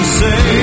say